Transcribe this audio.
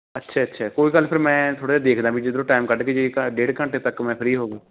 ਅੱਛਾ ਅੱਛਾ ਕੋਈ ਗੱਲ ਫਿਰ ਮੈਂ ਥੋੜ੍ਹਾ ਜਿਹਾ ਦੇਖਦਾ ਵੀ ਜੇੇ ਇੱਧਰੋਂ ਟੈਮ ਕੱਢ ਕੇ ਜੇ ਇੱਕ ਡੇਢ ਘੰਟੇ ਤੱਕ ਮੈਂ ਫ੍ਰੀ ਹੋ ਗਿਆ